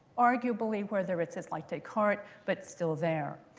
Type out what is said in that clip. arguably whether it's it's like descartes, but still there.